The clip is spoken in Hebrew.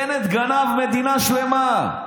בנט גנב מדינה שלמה.